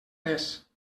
res